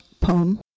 poem